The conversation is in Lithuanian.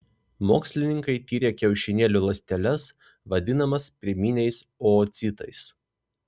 mokslininkai tyrė kiaušinėlių ląsteles vadinamas pirminiais oocitais